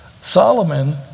Solomon